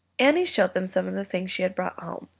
annie showed them some of the things she had brought home,